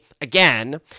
Again